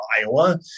Iowa